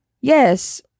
Yes